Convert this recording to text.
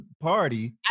party